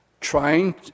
trying